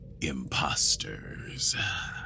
Imposters